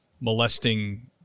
molesting